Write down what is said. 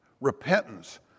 Repentance